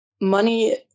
money